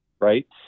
right